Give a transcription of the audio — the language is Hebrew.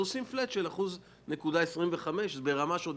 הם עושים flat של 1.25%. זה ברמה שעוד